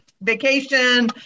vacation